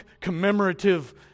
commemorative